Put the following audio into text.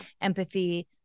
empathy